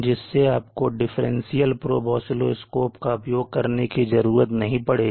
जिससे आपको differential probe oscilloscop का उपयोग करने की जरूरत नहीं पड़ेगी